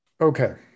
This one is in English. okay